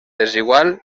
desigual